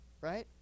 Right